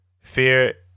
Fear